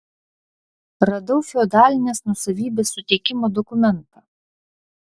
radau feodalinės nuosavybės suteikimo dokumentą